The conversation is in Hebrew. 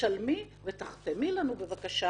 שלמי ותחתמי לנו בבקשה,